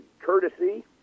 courtesy